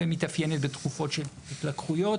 ומתאפיינת בתקופות של התלקחויות